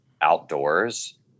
outdoors